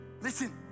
Listen